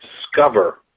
discover